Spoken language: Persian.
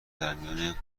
درمیان